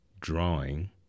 drawing